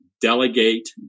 delegate